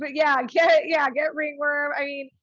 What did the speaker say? but yeah yeah yeah get ringworm. i mean,